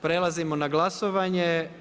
Prelazimo na glasovanje.